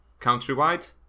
Countrywide